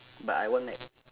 but I want Mac